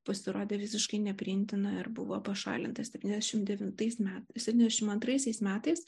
pasirodė visiškai nepriimtina ir buvo pašalintas septyniasdešimt devintais septyniasdešimt antraisiais metais